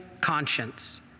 conscience